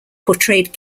portrayed